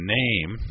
name